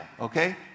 okay